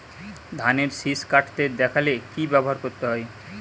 ধানের শিষ কাটতে দেখালে কি ব্যবহার করতে হয়?